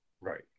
Right